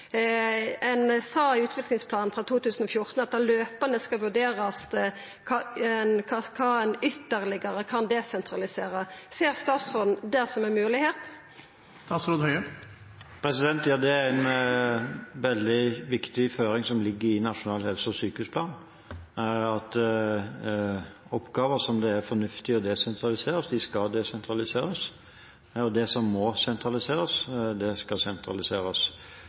sa i utviklingsplanen frå 2014 at det jamleg skal vurderast kva ein ytterlegare kan desentralisera. Ser statsråden det som ein moglegheit? Ja, det er en veldig viktig føring som ligger i nasjonal helse- og sykehusplan at oppgaver som det er fornuftig å desentralisere, skal desentraliseres, og det som må sentraliseres, skal sentraliseres